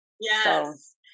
Yes